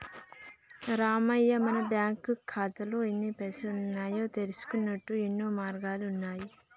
రామయ్య మన బ్యాంకు ఖాతాల్లో ఎన్ని పైసలు ఉన్నాయో తెలుసుకొనుటకు యెన్నో మార్గాలు ఉన్నాయి